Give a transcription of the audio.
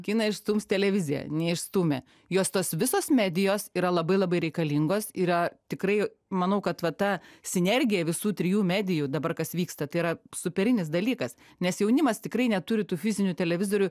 kiną išstums televizija neišstūmė jos tos visos medijos yra labai labai reikalingos yra tikrai manau kad va ta sinergija visų trijų medijų dabar kas vyksta tai yra superinis dalykas nes jaunimas tikrai neturi tų fizinių televizorių